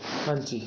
ਹਾਂਜੀ